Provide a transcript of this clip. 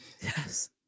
Yes